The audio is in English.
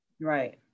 Right